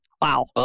Wow